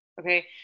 Okay